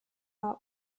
are